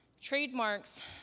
Trademarks